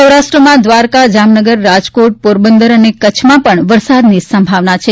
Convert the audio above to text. સૌરાષ્ટ્રમાં દ્વારકા જામનગર રાજકોટ પોરબંદર અને કચ્છમાં પણ વરસાદની સંભાવના છે